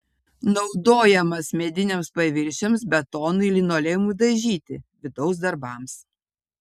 naudojamas mediniams paviršiams betonui linoleumui dažyti vidaus darbams